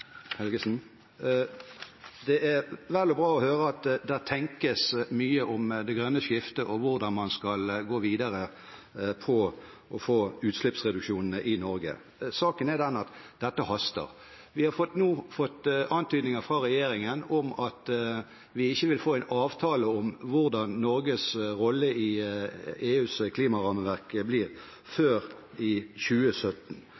Helgesen. Det er vel og bra å høre at det tenkes mye om det grønne skiftet og hvordan man skal gå videre for å få utslippsreduksjonene i Norge. Saken er den at dette haster. Vi har nå fått antydninger fra regjeringen om at vi ikke vil få en avtale om hvordan Norges rolle i EUs klimarammeverk blir, før i 2017,